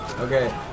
Okay